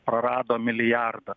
prarado milijardą